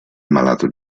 malato